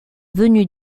venue